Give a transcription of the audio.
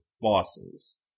bosses